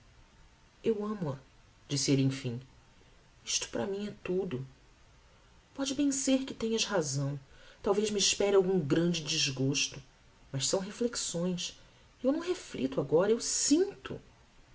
eu amo-a disse elle emfim isto para mim é tudo póde bem ser que tenhas razão talvez me espere algum grande desgosto mas são reflexões e eu não reflicto agora eu sinto